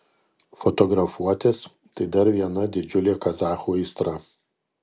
fotografuotis tai dar viena didžiulė kazachų aistra